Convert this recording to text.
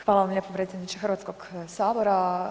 Hvala vam lijepo predsjedniče Hrvatskog sabora.